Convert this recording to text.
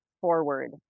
forward